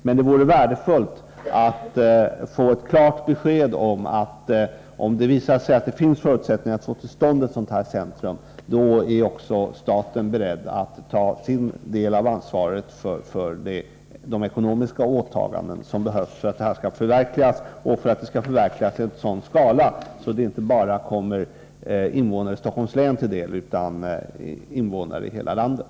Men det vore värdefullt att få ett klart besked om att staten, om det visar sig att det finns förutsättningar för att få till stånd ett centrum, också är beredd att ta sin del av ansvaret för de ekonomiska åtaganden som behövs för att ett centrum skall kunna förverkligas och då i en sådan skala att det inte bara kommer invånare i Stockholms län till del utan invånare i hela landet.